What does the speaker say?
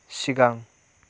सिगां